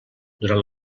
durant